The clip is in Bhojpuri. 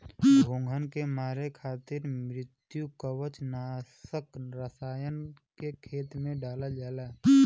घोंघन के मारे खातिर मृदुकवच नाशक रसायन के खेत में डालल जाला